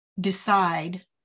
decide